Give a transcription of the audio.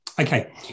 Okay